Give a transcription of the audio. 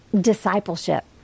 discipleship